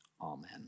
amen